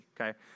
okay